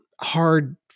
hard